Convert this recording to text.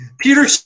Peter